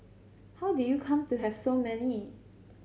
how did you come to have so many